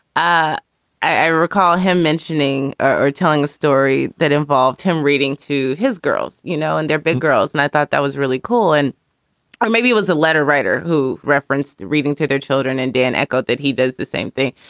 i i recall him mentioning or telling a story that involved him reading to his girls, you know, and their big girls. and i thought that was really cool. and maybe it was a letter writer who referenced reading to their children. and dan echoed that he does the same thing.